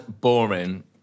boring